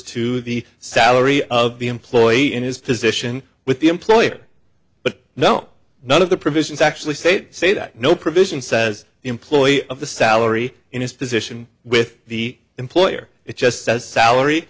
to the salary of the employee in his position with the employer but no none of the provisions actually say they say that no provision says employee of the salary in his position with the employer it just says